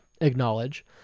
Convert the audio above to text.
acknowledge